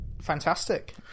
Fantastic